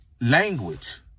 language